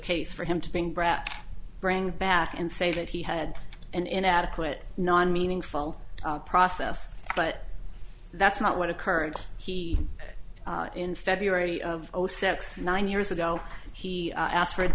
case for him to being brat bring back and say that he had an inadequate non meaningful process but that's not what occurred he in february of zero six nine years ago he asked for it